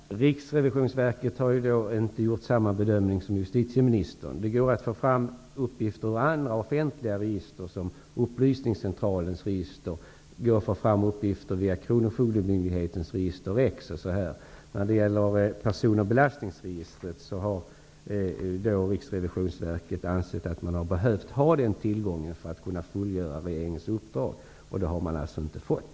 Herr talman! Riksrevisionsverket har inte gjort samma bedömning som justitieministern. Det går att få fram uppgifter ur andra offentliga register, t.ex. Upplysningscentralens register eller kronofogdemyndighetens register X. Riksrevisionsverket har ansett att man har behövt få tillgång till person och belastningsregistret för att kunna fullgöra regeringens uppdrag. Det har man alltså inte fått.